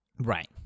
right